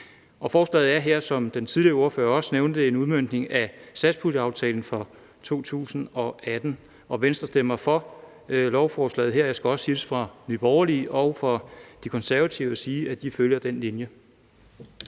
Forslaget her er, som den tidligere ordfører også nævnte, en udmøntning af satspuljeaftalen fra 2018. Venstre stemmer for lovforslaget. Jeg skal også hilse fra Nye Borgerlige og fra De Konservative og sige, at de følger den linje.